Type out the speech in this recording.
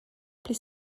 pli